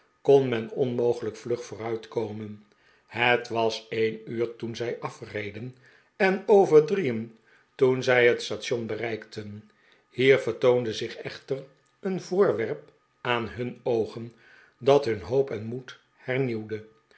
kon men onmogelijk vlug vooruitkomen het was een uur to en zij afreden en over drieen toen zij het station bereikten hier vertoonde zich echter een voorwerp aan hun oogen dat hun hoop en hun moed hernieuwde